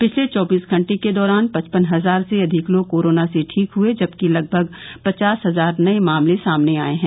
पिछले चौबीस घंटे के दौरान पचपन हजार से अधिक लोग कोरोना से ठीक हुए जबकि लगभग पचास हजार नए मामले सामने आए हैं